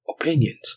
Opinions